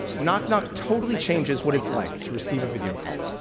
knock knock totally changes what it's like to receive a video call.